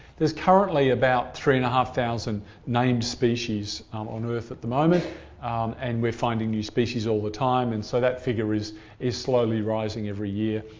there's currently about three and thousand named species on earth at the moment and we're finding new species all the time. and so that figure is is slowly rising every year.